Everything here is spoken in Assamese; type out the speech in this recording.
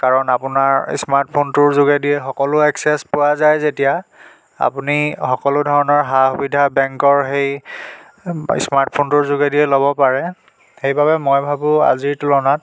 কাৰণ আপোনাৰ ইস্মাৰ্ট ফোনটোৰ যোগেদি সকলো এক্সেচ পোৱা যায় যেতিয়া আপুনি সকলো ধৰণৰ সা সুবিধা বেংকৰ সেই ইস্মাৰ্ট ফোনটোৰ যোগেদিয়ে ল ব পাৰে সেইবাবে মই ভাবোঁ আজিৰ তুলনাত